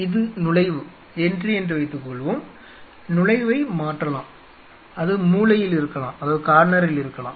இது நுழைவு என்று வைத்துக்கொள்வோம் நுழைவை மாற்றலாம் அது மூலையில் இருக்கலாம்